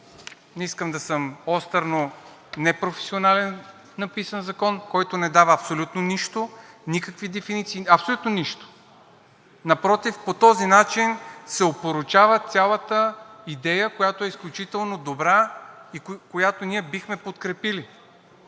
не искам да съм остър, но непрофесионално написан закон, който не дава абсолютно нищо, никакви дефиниции, абсолютно нищо. Напротив, по този начин се опорочава цялата идея, която е изключително добра и която ние бихме подкрепили.